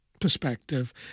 perspective